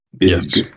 Yes